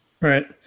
Right